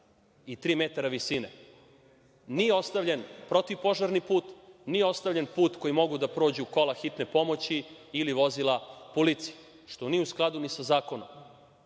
i tri metara visine. Nije ostavljen protivpožarni put, nije ostavljen put kojim mogu da prođu kola hitne pomoći ili vozila policije, što nije u skladu ni sa zakonom.